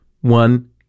one